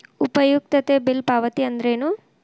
ಉಪಯುಕ್ತತೆ ಬಿಲ್ ಪಾವತಿ ಅಂದ್ರೇನು?